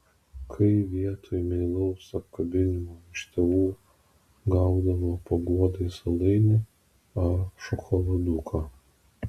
kai vietoj meilaus apkabinimo iš tėvų gaudavo paguodai saldainį ar šokoladuką